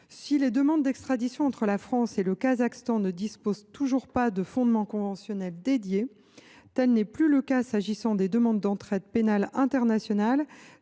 Si les demandes d’extradition entre la France et le Kazakhstan ne disposent toujours pas de fondement conventionnel dédié, il n’en va plus de même des demandes d’entraide pénale internationale,